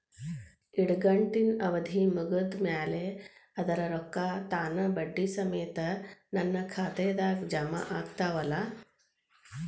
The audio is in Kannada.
ಇಡಗಂಟಿನ್ ಅವಧಿ ಮುಗದ್ ಮ್ಯಾಲೆ ಅದರ ರೊಕ್ಕಾ ತಾನ ಬಡ್ಡಿ ಸಮೇತ ನನ್ನ ಖಾತೆದಾಗ್ ಜಮಾ ಆಗ್ತಾವ್ ಅಲಾ?